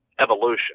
evolution